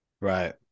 Right